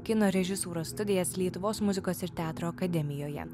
kino režisūros studijas lietuvos muzikos ir teatro akademijoje